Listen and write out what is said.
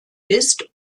ist